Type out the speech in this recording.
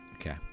Okay